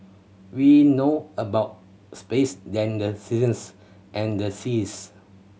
we know about space than the seasons and the seas